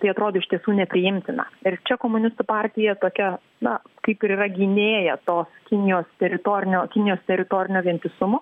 tai atrodo iš tiesų nepriimtina ir čia komunistų partija tokia na kaip ir yra gynėja to kinijos teritorinio kinijos teritorinio vientisumo